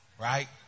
right